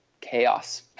chaos